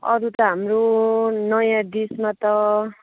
अरू त हाम्रो नयाँ डिसमा त